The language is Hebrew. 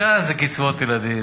ש"ס זה קצבאות ילדים,